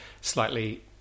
slightly